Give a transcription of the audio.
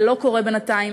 זה לא קורה בינתיים.